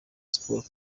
sports